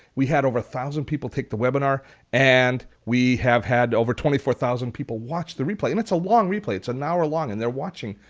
we had over one thousand people take the webinar and we have had over twenty four thousand people watch the replay and that's a long replay. it's an hour long and they're watching.